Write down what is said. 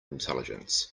intelligence